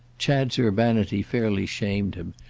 chad's urbanity fairly shamed him,